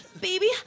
baby